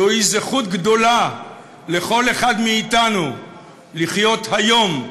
זוהי זכות גדולה לכל אחד מאתנו לחיות היום,